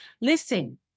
Listen